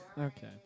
Okay